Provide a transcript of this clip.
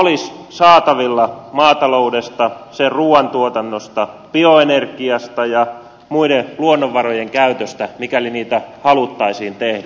niitä olisi saatavilla maataloudesta sen ruuantuotannosta bioenergiasta ja muiden luonnonvarojen käytöstä mikäli niin haluttaisiin tehdä